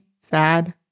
sad